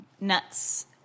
nuts